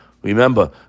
Remember